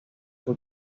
fue